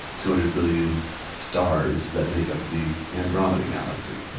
two hundred billion stars, that make up the andromeda galaxy.